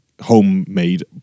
homemade